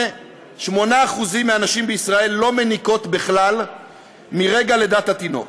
8% מהנשים בישראל לא מניקות בכלל מרגע לידת התינוק,